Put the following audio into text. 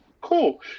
Cool